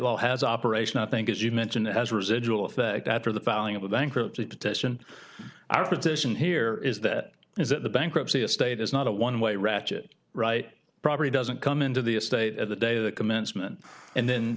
law has operation i think as you mentioned as a residual effect after the filing of a bankruptcy petition our tradition here is that is that the bankruptcy estate is not a one way ratchet right property doesn't come into the estate at the day the commencement and then